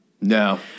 No